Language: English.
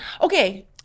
Okay